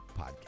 podcast